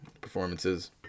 performances